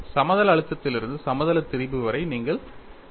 சமதள அழுத்தத்திலிருந்து சமதள திரிபு வரை நீங்கள் பெறுவீர்கள்